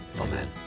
Amen